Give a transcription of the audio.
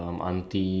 ya